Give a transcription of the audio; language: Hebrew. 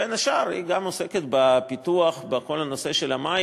ובין השאר היא עוסקת בפיתוח בכל נושא המים,